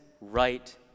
right